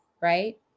right